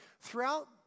throughout